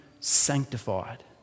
sanctified